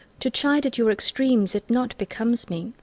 to chide at your extremes it not becomes me o,